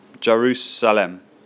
Jerusalem